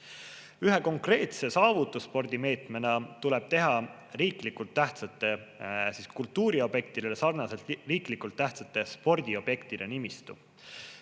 Ühe konkreetse saavutusspordimeetmena tuleb teha riiklikult tähtsate kultuuriobjektidega sarnaselt riiklikult tähtsate spordiobjektide nimistu.